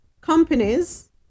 companies